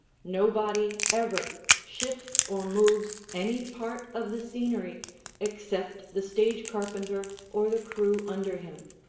nobody ever shifts or moves any part of the scenery except the stage carpenter or the crew under him.